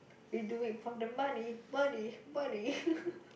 we do it for the money money money